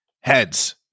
Heads